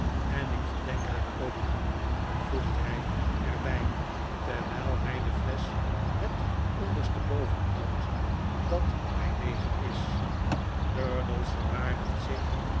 en ik verdenk haar ook voegt hy er bij terwyl hy de flesch het onderste boven houdt dat zy leeg is durdels verwaardigt zich